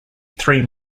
three